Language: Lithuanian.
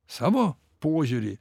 savo požiūrį